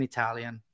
Italian